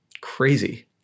Crazy